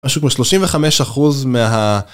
משהו כמו 35 אחוז מה...